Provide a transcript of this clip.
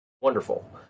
wonderful